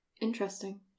interesting